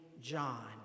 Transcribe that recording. John